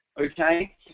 Okay